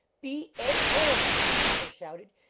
b a n! his father shouted,